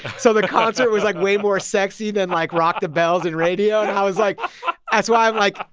so the concert was, like, way more sexy than, like, rock the bells and radio. and i was like that's why i'm like,